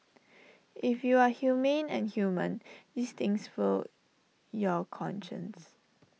if you are humane and human these things will your conscience